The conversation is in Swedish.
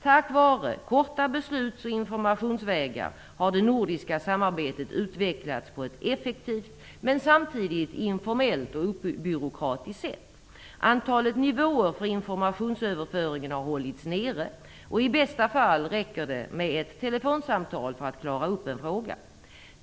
Tack vare korta besluts och informationsvägar har det nordiska samarbetet utvecklats på ett effektivt men samtidigt informellt och obyråkratiskt sätt. Antalet nivåer för informationsöverföringen har hållits nere, och i bästa fall räcker det med ett telefonsamtal för att klara upp en fråga.